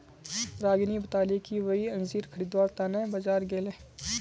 रागिनी बताले कि वई अंजीर खरीदवार त न बाजार गेले